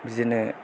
बिदिनो